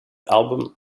album